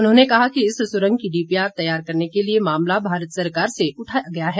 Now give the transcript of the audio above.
उन्होंने कहा कि इस सुरंग की डीपीआर तैयार करने के लिए मामला भारत सरकार से उठाया गया है